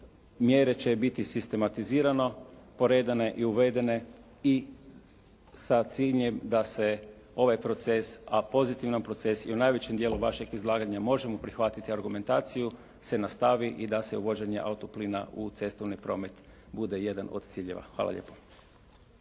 mjere će biti sistematizirano poredane i uvedene i sa ciljem da se ovaj proces, a pozitivan proces i u najvećem dijelu vašeg izlaganja možemo prihvatiti argumentaciju se nastavi i da se uvođenje auto plina u cestovni promet bude jedan od ciljeva. Hvala lijepo.